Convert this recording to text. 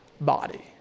body